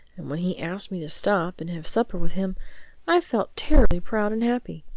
and when he asked me to stop and have supper with him i felt terribly proud and happy.